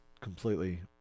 completely